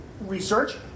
research